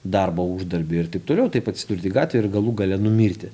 darbo uždarbį ir taip toliau taip atsidurti gatvėje ir galų gale numirti